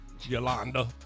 Yolanda